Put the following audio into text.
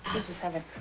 this is heaven.